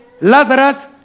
Lazarus